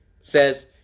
says